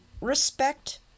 respect